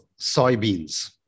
soybeans